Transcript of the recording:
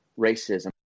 racism